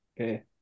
Okay